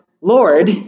Lord